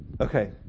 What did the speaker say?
Okay